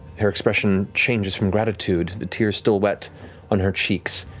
her expression changes from gratitude, the tears still wet on her cheeks,